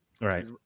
Right